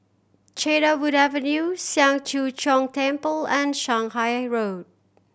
Cedarwood Avenue Siang Cho Keong Temple and Shanghai Road